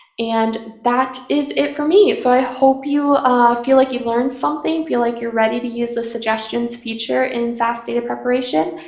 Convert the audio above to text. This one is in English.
and that is it for me. so i hope you feel like you've learned something, feel like you're ready to use the suggestions feature in sas data preparation.